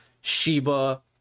sheba